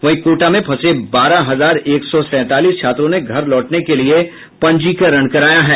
वहीं कोटा में फंसे बारह हजार एक सौ सैंतालीस छात्रों ने घर लौटने के लिए पंजीकरण कराया है